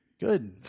Good